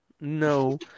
No